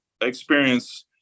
experience